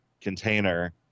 container